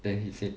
then he said